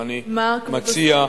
ואני מציע,